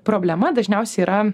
problema dažniausiai yra